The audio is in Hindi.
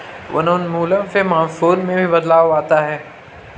वनोन्मूलन से मानसून में भी बदलाव आता है